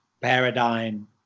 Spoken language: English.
paradigm